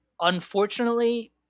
unfortunately